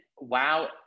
Wow